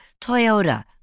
Toyota